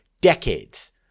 decades